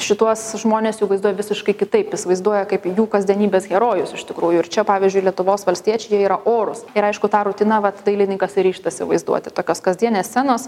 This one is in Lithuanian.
šituos žmones jau vaizduoja visiškai kitaip jis vaizduoja kaip jų kasdienybės herojus iš tikrųjų ir čia pavyzdžiui lietuvos valstiečiai jie yra orūs ir aišku tą rutiną vat dailininkas ir ryžtasi vaizduoti tokios kasdienės scenos